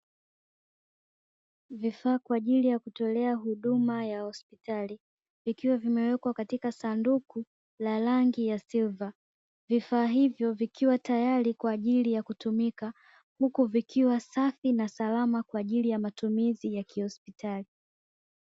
Vifaa kwa ajili ya kutolea huduma ya hospitali, vikiwa vimewekwa katika sanduku la rangi ya siliva, vifaa hivyo vikiwa tayari kwa ajili ya kutumika, huku vikiwa safi na salama kwa ajili ya matumizi ya kihospitali.